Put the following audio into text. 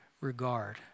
regard